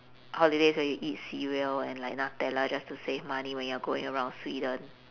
holidays where you eat cereal and like nutella just to save money when you're going around sweden